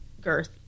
girth